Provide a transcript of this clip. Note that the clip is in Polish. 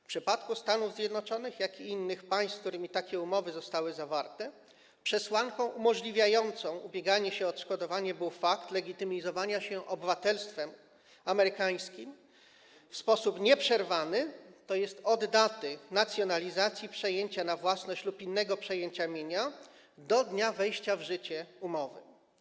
W przypadku Stanów Zjednoczonych - i innych państw, z którymi takie umowy zostały zawarte - przesłanką umożliwiającą ubieganie się o odszkodowanie był fakt legitymizowania się obywatelstwem amerykańskim w sposób nieprzerwany od daty nacjonalizacji, przejęcia na własność lub innego przejęcia mienia do dnia wejścia w życie umowy.